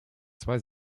zwei